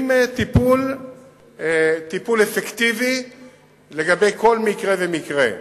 עם טיפול אפקטיבי לגבי כל מקרה ומקרה.